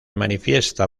manifiesta